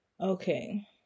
Okay